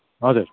हजुर